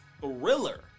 thriller